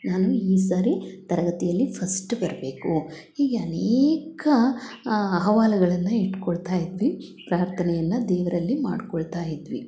ನಾನು ಈ ಸಾರಿ ತರಗತಿಯಲ್ಲಿ ಫಸ್ಟ್ ಬರಬೇಕು ಹೀಗೆ ಅನೇಕ ಅಹವಾಲುಗಳನ್ನು ಇಟ್ಟುಕೊಳ್ತ ಇದ್ವಿ ಪ್ರಾರ್ಥನೆಯನ್ನು ದೇವರಲ್ಲಿ ಮಾಡಿಕೊಳ್ತ ಇದ್ವಿ